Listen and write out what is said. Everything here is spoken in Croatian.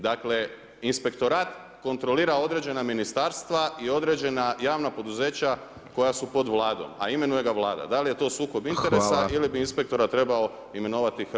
Dakle, inspektorat kontrolira određena ministarstva i određena javna poduzeća koja su pod vladom, a imenuje ga Vlada, da li je to sukob interesa ili bi inspektora trebao imenovati Hrvatski sabor.